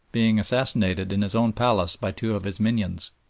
being assassinated in his own palace by two of his minions.